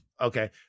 Okay